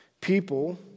People